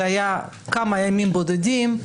זה היה כמה ימים בודדים.